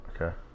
Okay